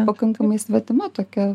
pakankamai svetima tokia